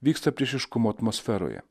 vyksta priešiškumo atmosferoje